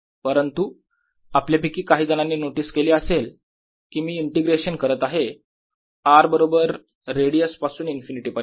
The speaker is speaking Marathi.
परंतु आपल्यापैकी काही जणांनी नोटीस केले असेल की मी इंटिग्रेशन करत आहे r बरोबर रेडियस पासून इन्फिनिटी पर्यंत